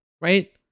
right